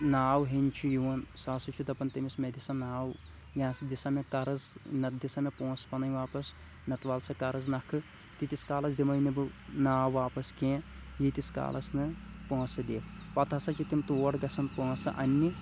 ناو ہیٚنۍ چھُ یِوان سُہ ہسا چھُ دپان تٔمِس مےٚ دِ سا ناو یا ہسا دِ سا مےٚ قرض نتہٕ دِ سا مےٚ پونٛسہٕ پَنٕنۍ واپس نتہٕ وال سا قرض نکھٕ تیٖتِس کالس دِمے نہٕ بہِٕ ناو واپس کیٚنٛہہ ییٖتِس کالس نہٕ پونٛسہٕ دِکھ پتہٕ ہسا چھِ تِم تور گَژھان پونٛسہٕ اَننہِ